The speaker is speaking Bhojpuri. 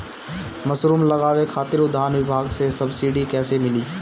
मशरूम लगावे खातिर उद्यान विभाग से सब्सिडी कैसे मिली?